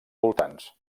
voltants